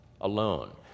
alone